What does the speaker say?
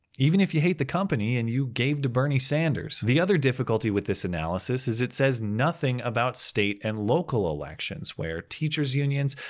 even if you hate the company, and you gave to bernie sanders. the other difficulty with this analysis, analysis, is it says nothing about state and local elections. where teacher's unions,